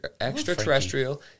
extraterrestrial